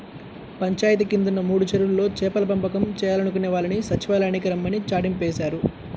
పంచాయితీ కిందున్న మూడు చెరువుల్లో చేపల పెంపకం చేయాలనుకునే వాళ్ళని సచ్చివాలయానికి రమ్మని చాటింపేశారు